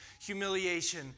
humiliation